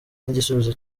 nk’igisubizo